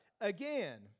again